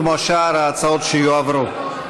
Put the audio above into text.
כמו שאר ההצעות שיועברו.